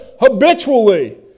habitually